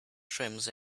trims